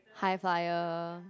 high flyer